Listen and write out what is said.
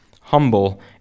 Humble